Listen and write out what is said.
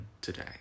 today